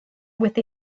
with